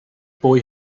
boy